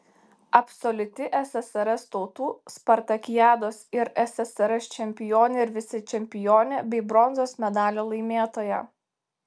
absoliuti ssrs tautų spartakiados ir ssrs čempionė ir vicečempionė bei bronzos medalio laimėtoja